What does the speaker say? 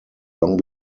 long